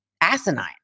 asinine